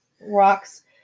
rocks